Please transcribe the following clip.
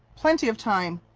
plenty of time.